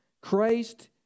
Christ